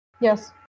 Yes